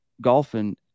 golfing